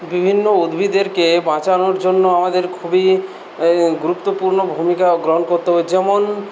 বিভিন্ন উদ্ভিদদেরকে বাঁচানোর জন্য আমাদের খুবই গুরুত্বপূর্ণ ভূমিকা গ্রহণ করতে হবে যেমন